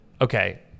okay